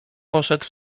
poszedł